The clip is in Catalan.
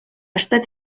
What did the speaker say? estat